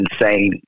insane